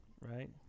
Right